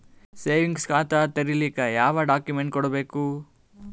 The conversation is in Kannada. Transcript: ಸೇವಿಂಗ್ಸ್ ಖಾತಾ ತೇರಿಲಿಕ ಯಾವ ಡಾಕ್ಯುಮೆಂಟ್ ಕೊಡಬೇಕು?